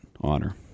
honor